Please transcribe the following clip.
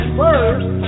first